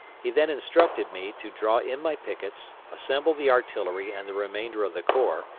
he then instructed me to draw in my pickets, assemble the artillery and the remainder of the corps,